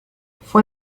fue